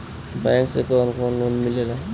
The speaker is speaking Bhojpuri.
बैंक से कौन कौन लोन मिलेला?